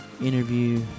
interview